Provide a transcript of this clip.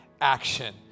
Action